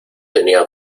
tenía